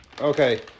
Okay